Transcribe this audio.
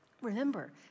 Remember